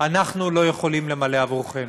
אנחנו לא יכולים למלא עבורכם.